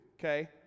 okay